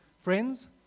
friends